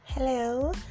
Hello